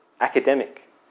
academic